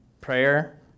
prayer